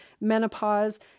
menopause